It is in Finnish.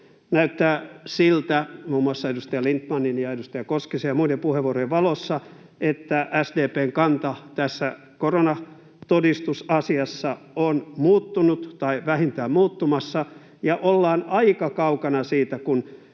Näyttää muun muassa edustaja Lindtmanin ja edustaja Koskisen ja muiden puheenvuorojen valossa siltä, että SDP:n kanta tässä koronatodistusasiassa on muuttunut tai vähintään muuttumassa ja ollaan aika kaukana siitä, kun